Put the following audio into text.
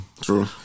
true